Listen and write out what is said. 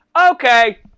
okay